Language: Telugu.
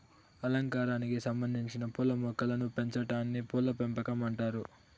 అలంకారానికి సంబందించిన పూల మొక్కలను పెంచాటాన్ని పూల పెంపకం అంటారు